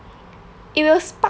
it'll spark